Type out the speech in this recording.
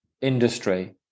industry